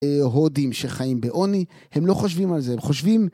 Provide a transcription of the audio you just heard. הודים שחיים בעוני הם לא חושבים על זה, הם חושבים...